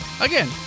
Again